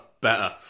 better